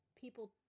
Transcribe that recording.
people